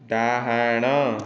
ଡାହାଣ